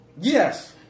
Yes